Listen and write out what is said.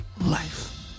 life